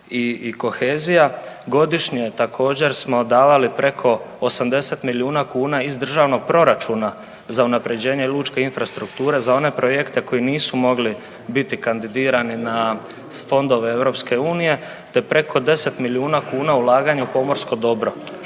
i kohezija. Godišnje također smo davali preko 80 milijuna kuna iz državnog proračuna za unapređenje lučke infrastrukture za one projekte koji nisu mogli biti kandidirani na fondove EU te preko 10 milijuna kuna ulaganja u pomorsko dobro.